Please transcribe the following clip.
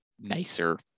nicer